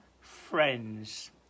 friends